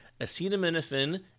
acetaminophen